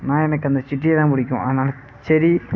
நான் எனக்கு அந்த சிட்டியைதான் பிடிக்கும் ஆனால் செர்ரி